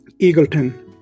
Eagleton